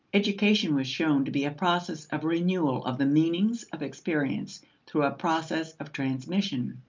education was shown to be a process of renewal of the meanings of experience through a process of transmission,